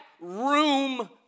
room